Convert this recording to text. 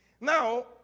Now